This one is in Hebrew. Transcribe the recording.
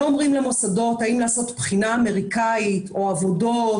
לא אומרים למוסדות אם לעשות בחינה אמריקאית או עבודות